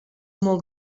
molt